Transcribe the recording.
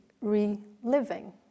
reliving